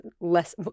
less